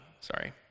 sorry